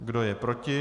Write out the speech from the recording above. Kdo je proti?